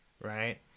right